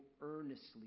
earnestly